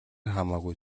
хамаагүй